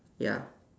ya